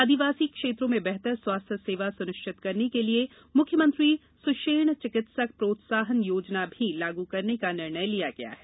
आदिवासी क्षेत्रों में बेहतर स्वास्थ्य सेवा सुनिष्चित करने के लिए मुख्यमंत्री सुषेण चिकित्सक प्रोत्साहन योजना भी लागू करने का निर्णय लिया है